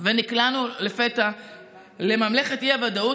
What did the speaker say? ונקלענו לפתע לממלכת האי-ודאות,